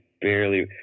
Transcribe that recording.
barely